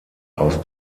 aus